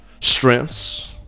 Strengths